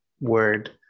word